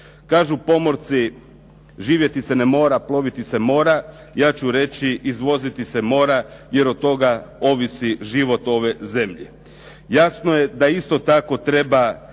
Kažu pomorci, živjeti se ne mora, ploviti se mora. Ja ću reći izvoziti se mora jer od toga ovisi život ove zemlje. Jasno je da isto tako treba